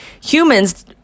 Humans